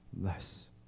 less